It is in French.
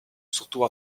surtout